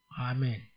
Amen